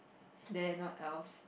then what else